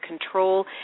control